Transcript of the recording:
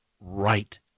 right